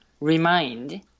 remind